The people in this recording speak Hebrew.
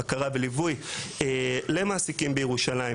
בקרה וליווי למעסיקים בירושלים,